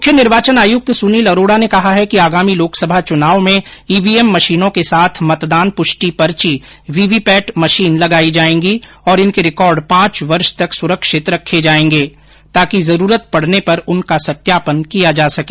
मुख्य निर्वाचन आयुक्त सुनील अरोड़ा ने कहा है कि आगामी लोकसभा चुनाव में ईवीएम मशीनों के साथ मतदान पुष्टि पर्ची वीवीपैट मशीन लगाई जायेंगी और इनके रिकार्ड पांच वर्ष तक सुरक्षित रखे जाएंगे ताकि जरूरत पड़ने पर उनका सत्यापन किया जा सके